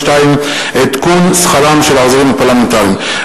2. עדכון שכרם של העוזרים הפרלמנטריים.